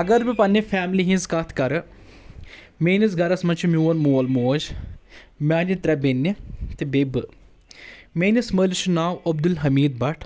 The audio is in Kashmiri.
اگر بہٕ پنٕنہِ فیملی ہٕنٛز کتھ کرٕ میٲنِس گرس منٛز چھُ میون مول موج میانہِ ترٛےٚ بیٚنہِ تہٕ بیٚیہِ بہٕ میٲنِس مٲلِس چھُ ناو عبدال حمیٖد بٹ